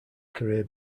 career